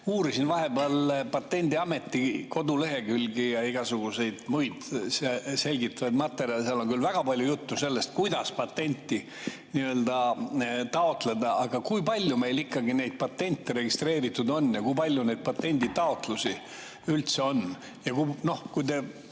Uurisin vahepeal Patendiameti kodulehekülge ja igasuguseid muid selgitavaid materjale. Seal on küll väga palju juttu sellest, kuidas patenti taotleda, aga kui palju meil ikkagi neid patente registreeritud on ja kui palju neid patenditaotlusi üldse on. Ja kui te